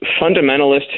fundamentalist